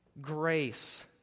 grace